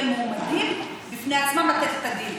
והם מועמדים בפני עצמם לתת את הדין.